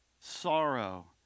sorrow